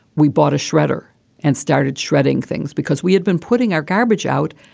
we bought a shredder and started shredding things because we had been putting our garbage out,